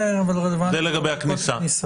זה לגבי הכניסה.